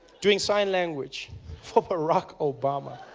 doing sign language for barack obama